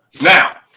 Now